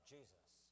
Jesus